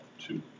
two